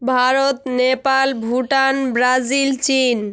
Bharat Nepal Bhutan Brazil চিন